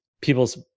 people's